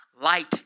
light